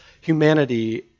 humanity